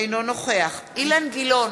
אינו נוכח אילן גילאון,